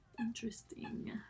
Interesting